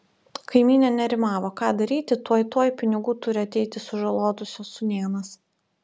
kaimynė nerimavo ką daryti tuoj tuoj pinigų turi ateiti sužalotosios sūnėnas